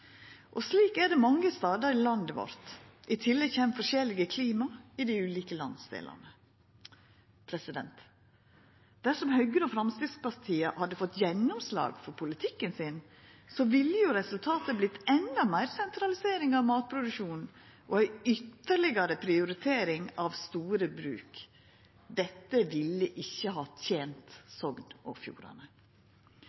Og slik er det mange stader i landet vårt. I tillegg kjem forskjellige klima i dei ulike landsdelane. Dersom Høgre og Framstegspartiet hadde fått gjennomslag for politikken sin, ville resultatet ha vorte endå meir sentralisering av matproduksjonen og ei ytterlegare prioritering av store bruk. Dette ville ikkje ha tent